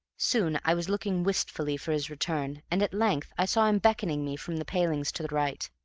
soon i was looking wistfully for his return, and at length i saw him beckoning me from the palings to the right.